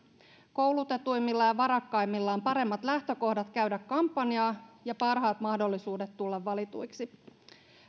koulutetuimmilla ja varakkaimmilla on paremmat lähtökohdat käydä kampanjaa ja parhaat mahdollisuudet tulla valituiksi